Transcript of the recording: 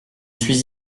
suis